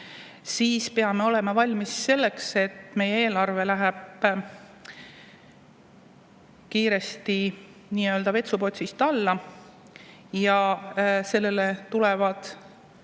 siis peame olema valmis selleks, et meie eelarve läheb kiiresti nii-öelda vetsupotist alla ja sellele järgnevad